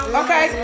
okay